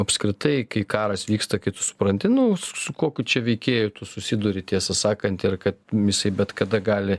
apskritai kai karas vyksta kai tu supranti nu su kokiu čia veikėjų tu susiduri tiesą sakant ir kad jisai bet kada gali